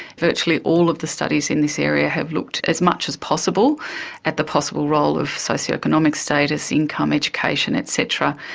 virtually all of the studies in this area have looked as much as possible at the possible role of socio-economic status, income, education et cetera.